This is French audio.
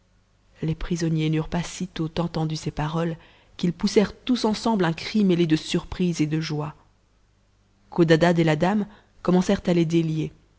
les prisonniers n'eurent pas sitôt entendu ces paroles qu'ils poussèrent tous ensemble un cri mêlé de surprise et de joie codadad et la dame commencèrent à les délier